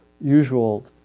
usual